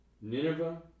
Nineveh